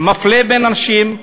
מפלה אנשים,